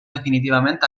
definitivament